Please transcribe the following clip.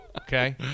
Okay